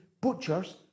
butchers